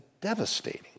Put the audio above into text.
devastating